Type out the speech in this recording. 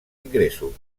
ingressos